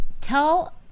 Tell